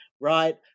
right